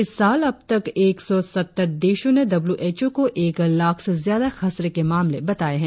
इस साल अबतक एक सौ सत्तर देशों ने डब्ल्यू एच ओ को एक लाख से ज्यादा खसरे के मामले बताए हैं